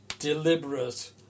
Deliberate